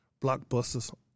Blockbusters